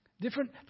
Different